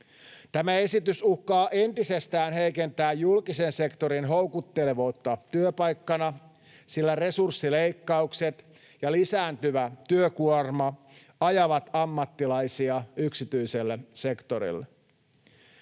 Tämä esitys uhkaa entisestään heikentää julkisen sektorin houkuttelevuutta työpaikkana, sillä resurssileikkaukset ja lisääntyvä työkuorma ajavat ammattilaisia yksityiselle sektorille.